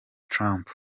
trump